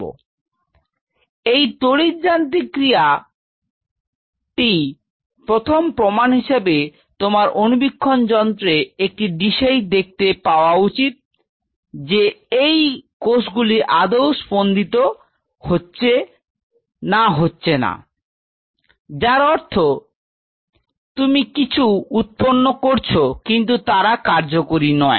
তো এই তড়িৎ যান্ত্রিক ক্রিয়াটি প্রথম প্রমাণ হিসেবে তোমার অণুবীক্ষণ যন্ত্রে একটি ডিশেই দেখতে পাওয়া উচিত যে এই কোষগুলি আদৌ স্পন্দিত হচ্ছে না হচ্ছেনা যার অর্থ তুমি কিছু উৎপন্ন করেছ কিন্তু তারা কার্যকরী নয়